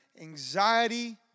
anxiety